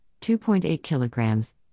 2.8-kilograms